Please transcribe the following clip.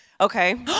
Okay